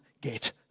get